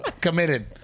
Committed